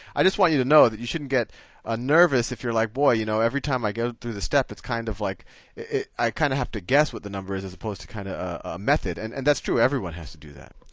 i just want you to know that you shouldn't get ah nervous if you're like, boy, you know every time i go through the step it's kind of like i kind of have to guess what the numbers is as opposed to kind of a method. and and that's true everyone has to do that.